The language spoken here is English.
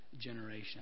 generation